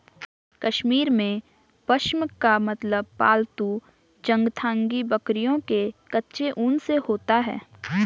कश्मीर में, पश्म का मतलब पालतू चंगथांगी बकरियों के कच्चे ऊन से होता है